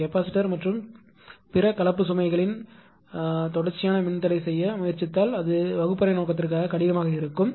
நான் கெப்பாசிட்டர் மற்றும் பிற கலப்பு சுமைகளின் தொடர்ச்சியான மின்தடை செய்ய முயற்சித்தால் அது வகுப்பறை நோக்கத்திற்காக கடினமாக இருக்கும்